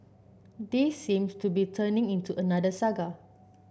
this seems to be turning into another saga